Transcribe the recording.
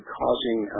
causing